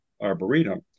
Arboretum